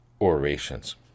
orations